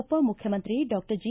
ಉಪಮುಖ್ಯಮಂತ್ರಿ doctor G